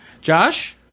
Josh